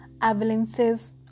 avalanches